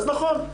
אז נכון,